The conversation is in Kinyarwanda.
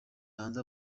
hanze